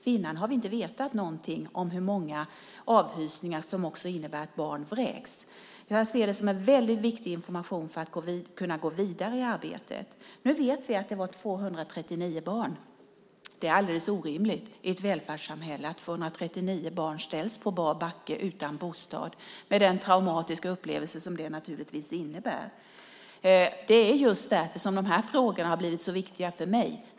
Tidigare har vi inte vetat någonting om hur många avhysningar som också innebär att barn vräks. Jag ser det som en väldigt viktig information för att kunna gå vidare i arbetet. Nu vet vi att det var 239 barn. Det är alldeles orimligt i ett välfärdssamhälle att 239 barn ställs på bar backe utan bostad med den traumatiska upplevelse som det naturligtvis innebär. Det är just därför som de här frågorna har blivit så viktiga för mig.